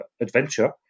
adventure